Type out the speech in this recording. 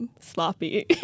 sloppy